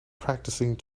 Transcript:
practicing